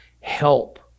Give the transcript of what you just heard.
help